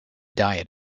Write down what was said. diet